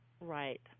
right